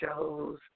shows